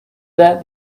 that